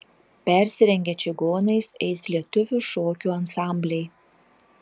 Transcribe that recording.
persirengę čigonais eis lietuvių šokių ansambliai